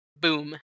Boom